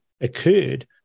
occurred